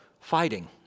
fighting